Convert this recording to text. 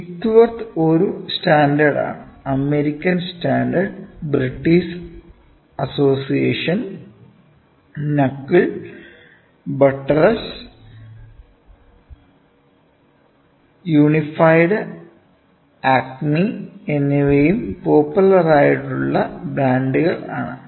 Whitworth ഒരു സ്റ്റാൻഡേർഡാണ് American standard British association knuckle buttress unified Acme എന്നിവയും പോപ്പുലർ ആയിട്ടുള്ള ബ്രാൻഡുകൾ ആണ്